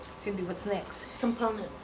cindy, what's next? components.